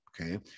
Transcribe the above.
Okay